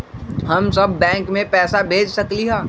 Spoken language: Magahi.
हम सब बैंक में पैसा भेज सकली ह?